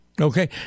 Okay